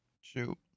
Shoot